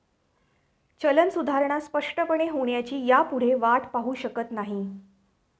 चलन सुधारणा स्पष्टपणे होण्याची ह्यापुढे वाट पाहु शकत नाही